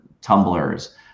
tumblers